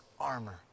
armor